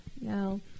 no